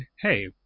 Hey